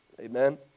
Amen